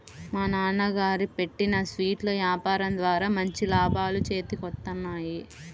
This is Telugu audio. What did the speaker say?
మా నాన్నగారు పెట్టిన స్వీట్ల యాపారం ద్వారా మంచి లాభాలు చేతికొత్తన్నాయి